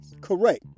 Correct